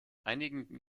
einigen